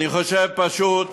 אני חושב, שפשוט